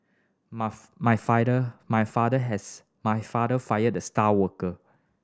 my my my father has my father fired the star worker